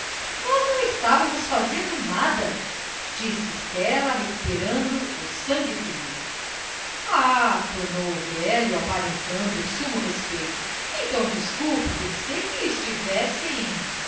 nós não estávamos fazendo nada disse estela recuperando o sangue-frio ah tornou o velho aparentando sumo respeito então desculpe pensei que estivessem